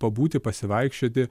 pabūti pasivaikščioti